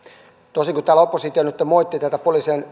toisin kuin täällä oppositio nyt moitti tätä poliisien